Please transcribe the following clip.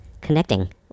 Connecting